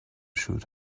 shoot